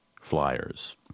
flyers